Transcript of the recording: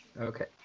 Okay